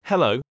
Hello